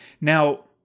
Now